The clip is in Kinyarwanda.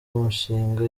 umushinga